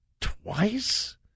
twice